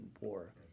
War